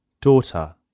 daughter